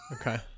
Okay